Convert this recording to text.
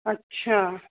अच्छा